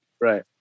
right